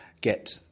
get